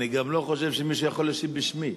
אני גם לא חושב שמישהו יכול להשיב בשמי,